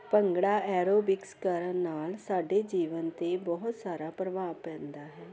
bhangra aerobics ਕਰਨ ਨਾਲ ਸਾਡੇ ਜੀਵਨ 'ਤੇ ਬਹੁਤ ਸਾਰਾ ਪ੍ਰਭਾਵ ਪੈਂਦਾ ਹੈ